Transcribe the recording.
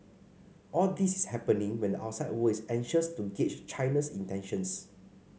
all this is happening when the outside world is anxious to gauge China's intentions